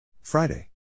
Friday